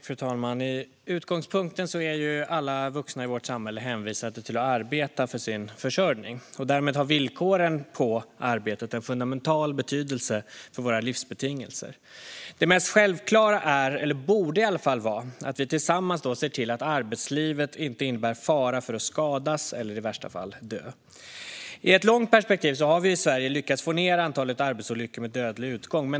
Fru talman! En utgångspunkt är att alla vuxna i vårt samhälle är hänvisade till att arbeta för sin försörjning. Därmed har villkoren på arbetet en fundamental betydelse för våra livsbetingelser. Det mest självklara är, eller borde i alla fall vara, att vi tillsammans ser till att arbetslivet inte innebär fara för att skadas eller i värsta fall dö. I ett långt perspektiv har vi i Sverige lyckats få ned antalet arbetsolyckor med dödlig utgång.